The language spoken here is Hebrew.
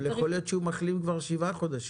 או שזה לא באמת כתוב?